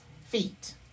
feet